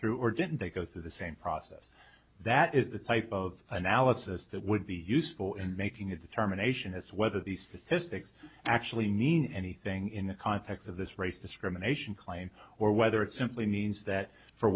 through or didn't they go through the same process that is the type of analysis that would be useful and making a determination as to whether these statistics actually need anything in the context of this race discrimination claim or whether it simply means that for